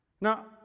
Now